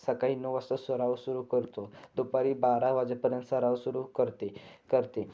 सकाळी नऊ वाजता सराव सुरू करतो दुपारी बारा वाजेपर्यंत सराव सुरू करते करते